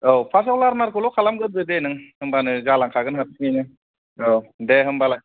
औ फासाव लारनारखौल' खालामग्रोदो दे नों होनबानो जालांखागोन हारसिङैनो औ दे होनबालाय